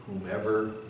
whomever